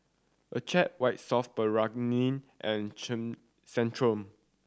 Accucheck White Soft Paraffin and Chay Centrum